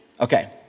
Okay